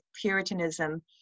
Puritanism